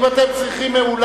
אם אתם צריכים אולם,